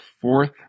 fourth